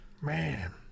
man